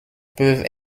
peuvent